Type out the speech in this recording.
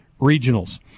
regionals